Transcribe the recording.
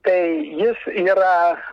tai jis yra